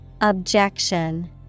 Objection